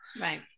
Right